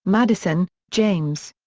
madison, james.